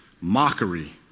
mockery